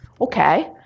Okay